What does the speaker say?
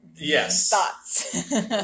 Yes